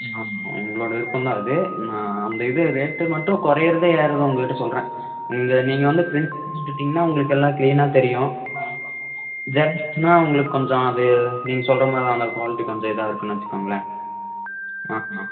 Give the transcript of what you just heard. ம் ஆமாம் உங்களோட விருப்பம் தான் அது அந்த இது ரேட்டு மட்டும் குறையிறத ஏறுறதை உங்கக்கிட்டே சொல்கிறேன் நீங்கள் நீங்கள் வந்து பிரிண்ட்டவுட் எடுத்துட்டீங்கன்னா உங்களுக்கு எல்லாம் கிளீனாக தெரியும் ஜெராக்ஸ்னா உங்களுக்கு கொஞ்சம் அது நீங்கள் சொல்கிற மாதிரி தான் அந்த குவாலிட்டி கொஞ்சம் இதாக இருக்கும்னு வைச்சிக்கோங்களேன் ஆமாம்